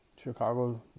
Chicago